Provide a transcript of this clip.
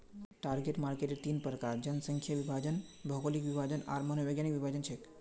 target marketer तीन प्रकार जनसांख्यिकीय विभाजन, भौगोलिक विभाजन आर मनोवैज्ञानिक विभाजन छेक